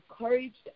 encouraged